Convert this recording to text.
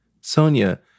Sonia